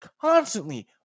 constantly